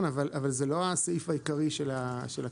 אבל הוא לא הסעיף העיקרי של הקרן.